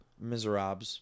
miserables